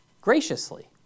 graciously